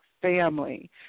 family